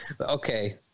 okay